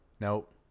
Nope